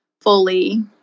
fully